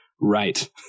right